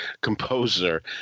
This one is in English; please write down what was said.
composer